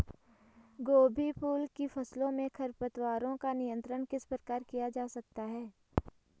गोभी फूल की फसलों में खरपतवारों का नियंत्रण किस प्रकार किया जा सकता है?